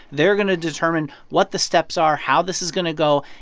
they're going to determine what the steps are, how this is going to go,